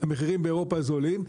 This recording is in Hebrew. המחירים באירופה זולים,